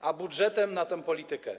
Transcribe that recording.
a budżetem na tę politykę.